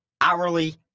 hourly